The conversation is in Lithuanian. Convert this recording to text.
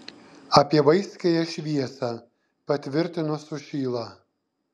apie vaiskiąją šviesą patvirtino sušyla